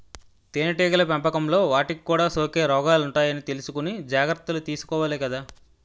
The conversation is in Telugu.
తేనెటీగల పెంపకంలో వాటికి కూడా సోకే రోగాలుంటాయని తెలుసుకుని జాగర్తలు తీసుకోవాలి కదా